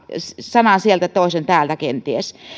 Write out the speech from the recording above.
sanan sieltä toisen täältä kenties